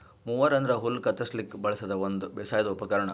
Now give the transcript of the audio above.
mower ಅಂದ್ರ ಹುಲ್ಲ್ ಕತ್ತರಸ್ಲಿಕ್ ಬಳಸದ್ ಒಂದ್ ಬೇಸಾಯದ್ ಉಪಕರ್ಣ್